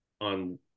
on